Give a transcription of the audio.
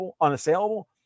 unassailable